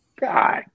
god